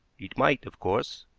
it might, of course,